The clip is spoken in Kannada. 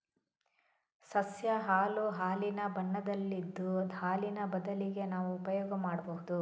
ಸಸ್ಯ ಹಾಲು ಹಾಲಿನ ಬಣ್ಣದಲ್ಲಿದ್ದು ಹಾಲಿನ ಬದಲಿಗೆ ನಾವು ಉಪಯೋಗ ಮಾಡ್ಬಹುದು